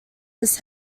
his